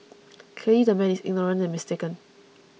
clearly the man is ignorant and mistaken